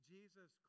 Jesus